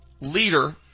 leader